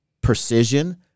precision